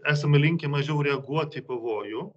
esame linkę mažiau reaguoti į pavojų